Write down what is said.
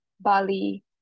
Bali